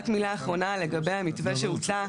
רק מילה אחרונה לגבי המתווה שהוצע.